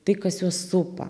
tai kas juos supa